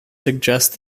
suggest